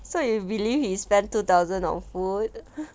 so you believe he spent two thousand on food